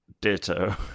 Ditto